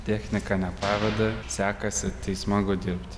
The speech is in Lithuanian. technika nepaveda sekasi tai smagu dirbt